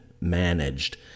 managed